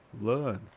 learn